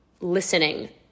listening